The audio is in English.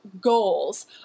goals